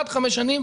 עד חמש שנים